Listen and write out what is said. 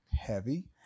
heavy